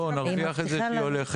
בואו, נרוויח את זה שהיא הולכת.